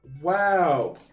Wow